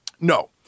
No